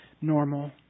Normal